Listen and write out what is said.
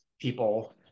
people